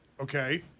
okay